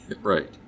right